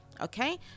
Okay